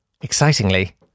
Excitingly